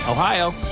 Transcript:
Ohio